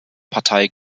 partei